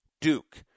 Duke